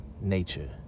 nature